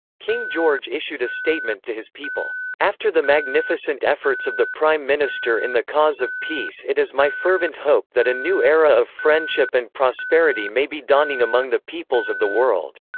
king george issued a statement to his people, after the magnificent efforts of the prime minister in the cause of peace it is my fervent hope that a new era of friendship and prosperity may be dawning among the peoples of the world.